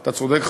אתה צודק,